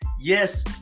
Yes